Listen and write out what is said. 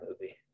movie